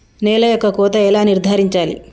నేల యొక్క కోత ఎలా నిర్ధారించాలి?